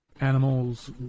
animals